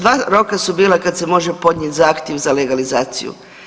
Dva roka su bila kad se može podnijet zahtjev za legalizaciju.